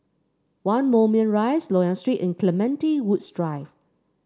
One Moulmein Rise Loyang Street and Clementi Woods Drive